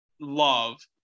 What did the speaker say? Love